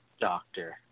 doctor